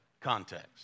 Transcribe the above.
context